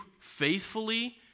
faithfully